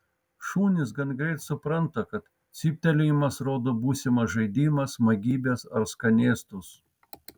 šunys gan greit supranta kad cyptelėjimas rodo būsimą žaidimą smagybes ar skanėstus